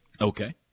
Okay